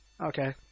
Okay